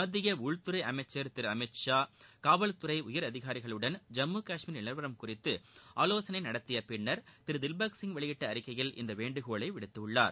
மத்திய உள்துறை அமைச்ச் திரு அமித்ஷா காவல்துறை உயர் அதிகாரிகளுடன் ஜம்மு கஷ்மீர் நிலவரம் குறித்து ஆவோசனை நடத்திய பின்னர் திரு தில்பக் சிங் வெளியிட்ட அறிக்கையில் இந்த வேண்டுகோளை விடுத்துள்ளார்